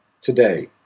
today